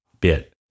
bit